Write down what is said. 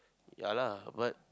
ya lah but